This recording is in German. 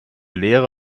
lehre